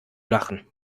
lachen